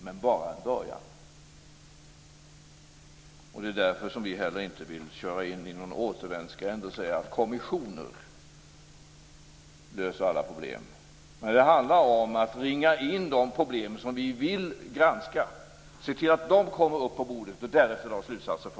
Men det är som sagt bara en början. Därför vill vi inte köra in i en återvändsgränd och säga att kommissioner löser alla problem. Det handlar om att ringa in de problem som vi vill granska och se till att de kommer upp på bordet och därefter dra slutsatser.